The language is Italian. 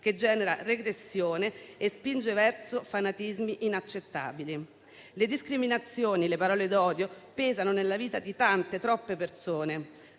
che genera regressione e spinge verso fanatismi inaccettabili. Le discriminazioni e le parole d'odio pesano nella vita di tante, troppe persone,